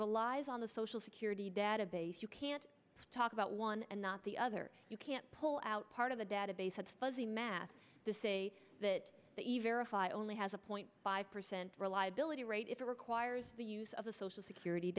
relies on the social security database you can't talk about one and not the other you can't pull out part of the database has fuzzy math to say that that you verify only has a point five percent reliability rate if it requires the use of a social security